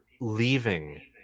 leaving